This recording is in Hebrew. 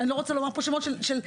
אני לא רוצה לומר פה שמות של קצינים